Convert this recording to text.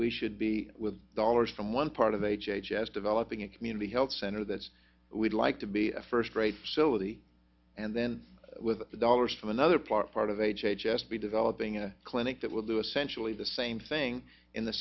we should be with dollars from one part of h h s developing a community health center that we'd like to be a first rate facility and then with the dollars from another part of h h s be developing a clinic that would do essentially the same thing in the